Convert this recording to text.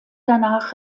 danach